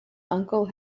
uncle